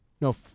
No